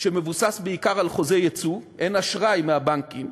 שמבוסס בעיקר על חוזה יצוא, אין אשראי מהבנקים.